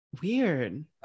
weird